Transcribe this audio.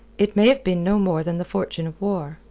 it may have been no more than the fortune of war.